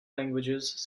languages